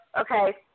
okay